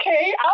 okay